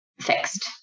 fixed